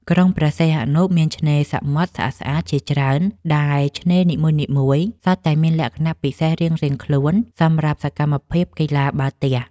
ក្រុងព្រះសីហនុមានឆ្នេរសមុទ្រស្អាតៗជាច្រើន ដែលឆ្នេរនីមួយៗសុទ្ធតែមានលក្ខណៈពិសេសរៀងៗខ្លួនសម្រាប់សកម្មភាពកីឡាបាល់ទះ។